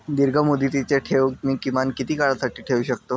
दीर्घमुदतीचे ठेव मी किमान किती काळासाठी ठेवू शकतो?